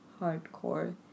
hardcore